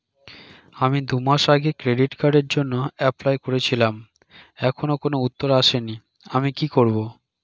আমি দুমাস আগে ক্রেডিট কার্ডের জন্যে এপ্লাই করেছিলাম এখনো কোনো উত্তর আসেনি আমি কি করব?